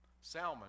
Salmon